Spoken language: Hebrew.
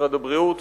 משרד הבריאות